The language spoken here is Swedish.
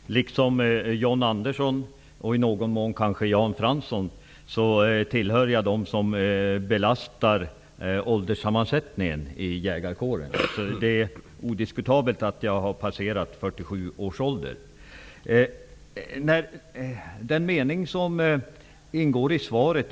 Herr talman! Liksom John Andersson och i någon mån kanske Jan Fransson tillhör jag dem som belastar ålderssammansättningen i jägarkåren. Det är odiskutabelt att jag har passerat 47 års ålder.